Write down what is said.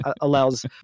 allows